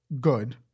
good